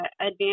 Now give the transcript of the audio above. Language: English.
advance